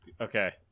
Okay